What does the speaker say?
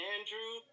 Andrew